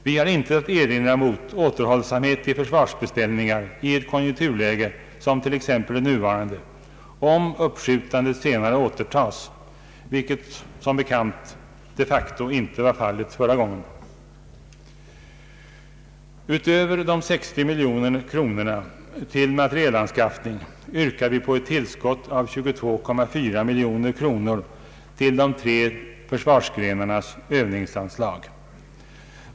Vi har intet att erinra emot återhållsamhet i försvarsbeställningar i ett konjunkturläge som t.ex. det nuvarande, om uppskjutandet senare återtas, vilket som bekant de facto inte var fallet förra gången. Utöver de 60 miljoner kronorna till materielanskaffning yrkar vi på ett tillskott av 22,4 miljoner kronor till de tre försvarsgrenarnas öÖövningsanslag.